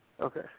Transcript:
Okay